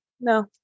no